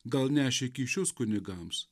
gal nešė kyšius kunigams